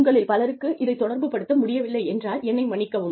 உங்களில் பலருக்கு இதை தொடர்புப்படுத்த முடியவில்லை என்றால் என்னை மன்னிக்கவும்